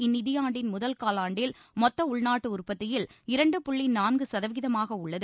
இந்நிதியாண்டின் முதல் காலாண்டில் மொத்த உள்நாட்டு உற்பத்தியில் இரண்டு புள்ளி நான்கு சதவீதமாக உள்ளது